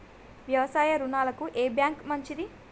వ్యవసాయ రుణాలకు ఏ బ్యాంక్ మంచిది?